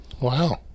Wow